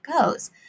goes